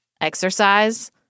exercise